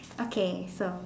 okay so